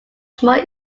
small